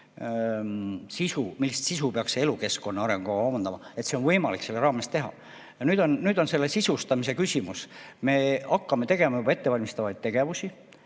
millist sisu peaks see elukeskkonna arengukava omandama, on võimalik teha. Nüüd on selle sisustamise küsimus. Me hakkame tegema juba ettevalmistavaid tegevusi